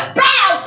bow